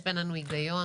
יש בינינו היגיון.